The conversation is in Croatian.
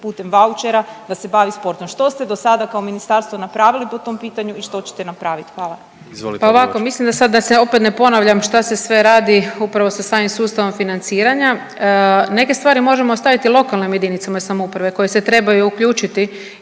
putem vaučera da se bavi sportom. Što ste do sada kao ministarstvo napravili po tom pitanju i što ćete napraviti? Hvala. **Jandroković, Gordan (HDZ)** Izvolite odgovor. **Brnjac, Nikolina (HDZ)** Pa ovako, mislim da sad da se opet ne ponavljam šta se sve radi upravo sa samim sustavom financiranja, neke stvari možemo ostaviti i lokalnim jedinicama samouprave koje se trebaju uključiti